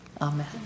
amen